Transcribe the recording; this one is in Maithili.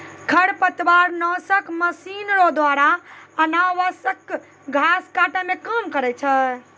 खरपतवार नासक मशीन रो द्वारा अनावश्यक घास काटै मे काम करै छै